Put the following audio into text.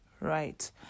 right